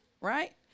right